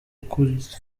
ukuri